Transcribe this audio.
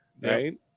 right